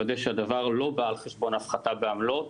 לוודא שהדבר לא בא על חשבון הפחתה בעמלות,